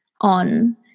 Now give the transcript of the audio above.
on